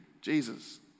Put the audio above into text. Jesus